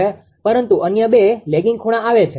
પરંતુ અન્ય બે લેગીંગ ખૂણા આવે છે